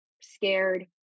scared